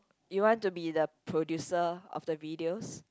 you want to be the producer of the videos